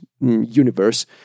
universe